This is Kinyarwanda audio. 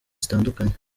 zitandukanye